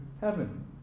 heaven